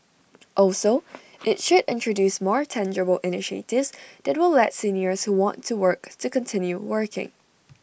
also IT should introduce more tangible initiatives that will let seniors who want to work to continue working